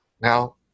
Now